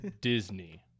Disney